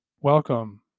welcome